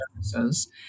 services